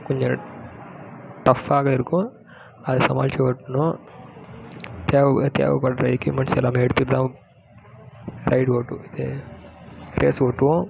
கொஞ்சம் டஃபாக இருக்கும் அதை சமாளித்து ஓட்டணும் தேவ தேவப்படுற எக்யூப்மெண்ட்ஸ் எல்லாம் எடுத்துட்டு தான் ரைடு ஓட்டு இது ரேஸ் ஓட்டுவோம்